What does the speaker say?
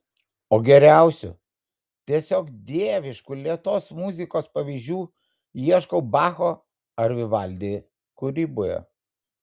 o geriausių tiesiog dieviškų lėtos muzikos pavyzdžių ieškau bacho ar vivaldi kūryboje